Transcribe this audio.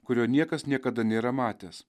kurio niekas niekada nėra matęs